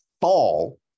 fall